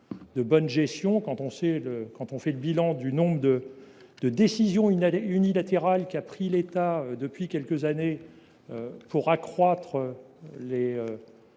de bonne gestion quand on dresse le bilan des nombreuses décisions unilatérales prises par l’État depuis quelques années pour accroître les